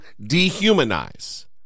dehumanize